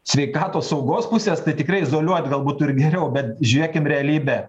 sveikatos saugos pusės tai tikrai izoliuot gal būtų ir geriau bet žiūrėkim realybę